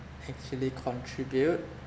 actually contribute